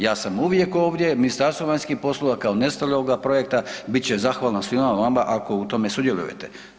Ja sam uvijek ovdje, Ministarstvo vanjskih poslova kao … [[Govornik se ne razumije]] projekta bit će zahvalno svima vama ako u tome sudjelujete.